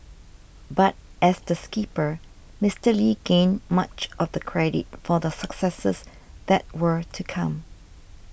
but as the skipper Mister Lee gained much of the credit for the successes that were to come